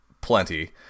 plenty